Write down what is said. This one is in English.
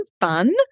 fun